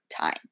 time